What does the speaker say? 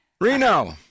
Reno